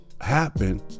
happen